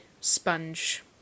sponge